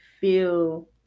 feel